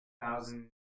Thousand